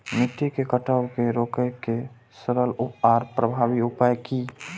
मिट्टी के कटाव के रोके के सरल आर प्रभावी उपाय की?